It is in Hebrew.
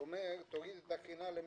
שאומר: תוריד את הקרינה למינימום,